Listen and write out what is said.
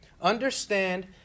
Understand